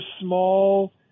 small